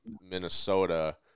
minnesota